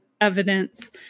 evidence